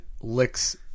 licks